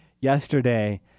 yesterday